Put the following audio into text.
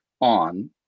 on